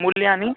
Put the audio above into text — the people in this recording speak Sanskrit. मूल्यानि